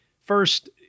First